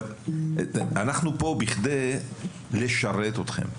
אנחנו פה כדי לשרת אתכם,